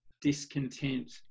discontent